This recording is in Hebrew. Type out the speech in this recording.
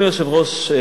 אדוני היושב-ראש,